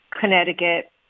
Connecticut